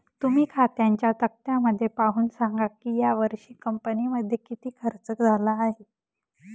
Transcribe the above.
तुम्ही खात्यांच्या तक्त्यामध्ये पाहून सांगा की यावर्षी कंपनीमध्ये किती खर्च झाला आहे